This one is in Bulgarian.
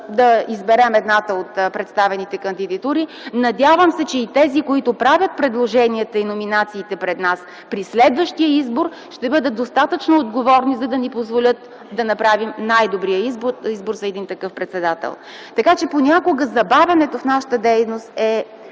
да изберем едната от представените кандидатури. Надявам се, че тези, които правят предложенията и номинациите пред нас, при следващия избор да бъдат достатъчно отговорни, за да ни позволят да направим най-добрия избор за такъв председател. Забавянето понякога в нашата дейност е